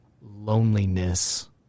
loneliness